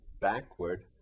backward